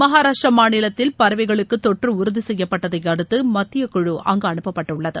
மகாராஷ்டிரா மாநிலத்தில் பறவைகளுக்கு தொற்று உறுதி செய்யப்பட்டதை அடுத்து மத்தியக்குழு அங்கு அனுப்பப்பட்டுள்ளது